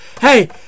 Hey